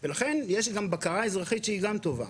לכן, יש גם בקרה אזרחית שהיא גם טובה.